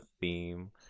theme